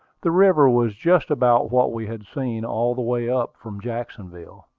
the river was just about what we had seen all the way up from jacksonville.